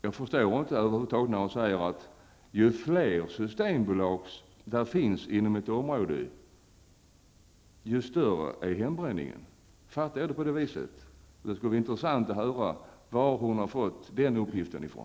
Jag förstår över huvud taget inte Karin Israelsson när hon säger att ju fler systembolag som finns inom ett område, desto större blir hembränningen. Har jag förstått saken rätt? Det vore intressant att höra var Karin Israelsson har fått den uppgiften ifrån.